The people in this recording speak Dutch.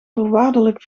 voorwaardelijk